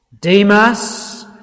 Demas